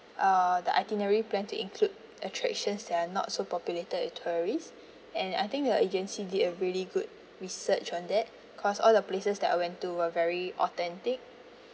uh the itinerary plan to include attractions that are not so populated with tourists and I think your agency did a really good research on that because all the places that I went to were very authentic